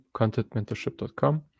contentmentorship.com